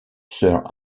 sir